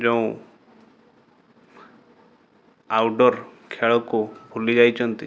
ଯୋଉଁ ଆଉଟ୍ଡୋର୍ ଖେଳକୁ ଭୁଲି ଯାଇଛନ୍ତି